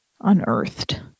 unearthed